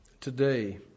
today